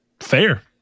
fair